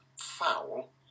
foul